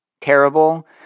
terrible